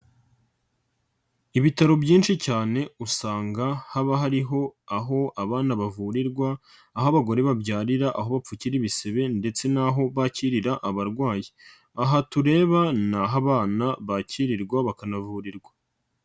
Ibitaro byinshi cyane usanga haba hariho aho abana bavurirwa, aho abagore babyarira, aho bapfukira ibisebe ndetse n'aho bakirira abarwayi, aha tureba ni aho abana bakirirwa bakanavurirwa.